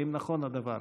האם נכון הדבר?